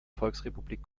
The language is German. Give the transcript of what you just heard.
volksrepublik